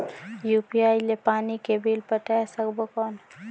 UPI ले पानी के बिल पटाय सकबो कौन?